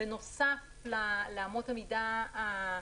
בנוסף לאמות המידה הכלליות.